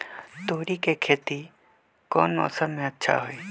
तोड़ी के खेती कौन मौसम में अच्छा होई?